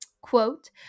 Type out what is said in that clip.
quote